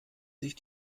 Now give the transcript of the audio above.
sich